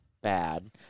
bad